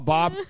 Bob